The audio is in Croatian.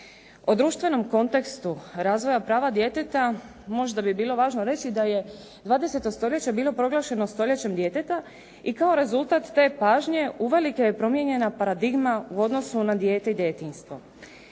O društvenom kontekstu razvoja prava djeteta možda bi bilo važno reći da je 20. stoljeće bilo proglašeno stoljećem djeteta i kao rezultat te pažnje uvelike je promijenjena paradigma u odnosu na dijete i djetinjstvo.